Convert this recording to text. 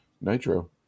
Nitro